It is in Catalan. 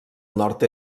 nord